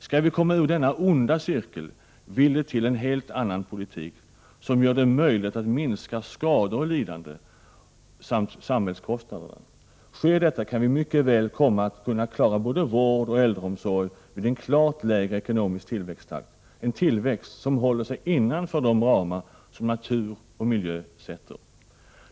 Skall vi komma ur denna onda cirkel vill det till en helt annan politik, som gör det möjligt att minska skador och lidanden samt samhällskostnaderna. Sker detta, kan vi mycket väl komma att kunna klara både vård och äldreomsorg vid en klart lägre ekonomisk tillväxttakt — en tillväxt som håller sig innanför de ramar som natur och miljö sätter.